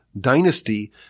dynasty